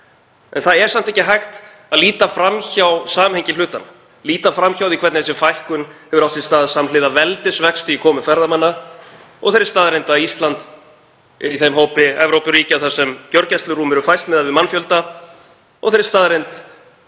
En það er samt ekki hægt að líta fram hjá samhengi hlutanna, líta fram hjá því hvernig þessi fækkun hefur átt sér stað samhliða veldisvexti í komu ferðamanna og þeirri staðreynd að Ísland er í þeim hópi Evrópuríkja, þar sem gjörgæslurúm eru fæst miðað við mannfjölda og þeirri staðreynd að